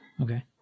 Okay